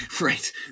right